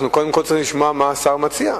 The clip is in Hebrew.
קודם כול אנחנו צריכים לשמוע מה השר מציע.